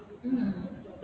mm